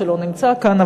שלא נמצא כאן,